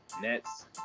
Nets